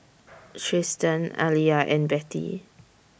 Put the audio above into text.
Trystan Aaliyah and Betty